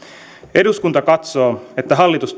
eduskunta katsoo että hallitus